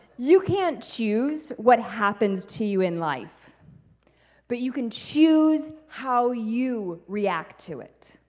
you can't choose what happens to you in life but you can choose how you react to it.